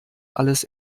alles